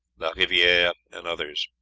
la riviere, and others.